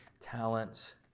talents